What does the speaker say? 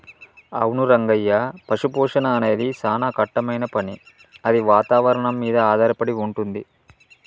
అవును రంగయ్య పశుపోషణ అనేది సానా కట్టమైన పని అది వాతావరణం మీద ఆధారపడి వుంటుంది